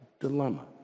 dilemma